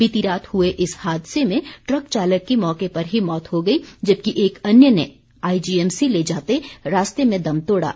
बीती रात हुए इस हादसे में ट्रक चालक की मौके पर ही मौत हो गई जबकि एक अन्य ने आईजीएमसी ले जाते रास्ते में दम तोड़ा